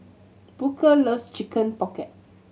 Booker loves Chicken Pocket